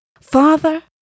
Father